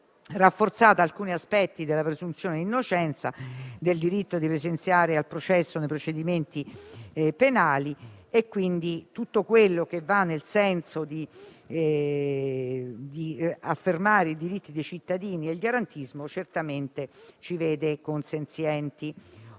rafforzato alcuni aspetti relativi alla presunzione d'innocenza e al diritto di presenziare al processo nei procedimenti penali e tutto quello che va nel senso di affermare i diritti dei cittadini e il garantismo certamente ci vede consenzienti.